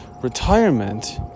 retirement